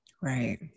Right